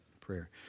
prayer